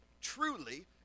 truly